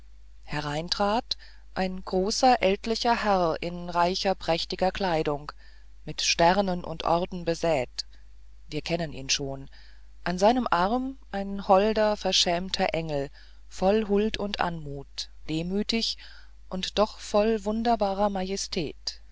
saal herein trat ein großer ältlicher herr in reicher prächtiger kleidung mit sternen und orden besät wir kennen ihn schon an seinem arm ein holder verschämter engel voll huld und anmut demütig und doch voll wunderbarer